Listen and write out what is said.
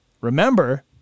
remember